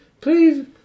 please